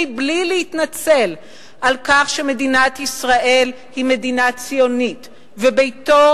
מבלי להתנצל על כך שמדינת ישראל היא מדינה ציונית וביתו